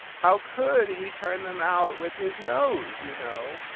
how could he turn them out with his nose, you know?